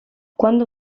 quando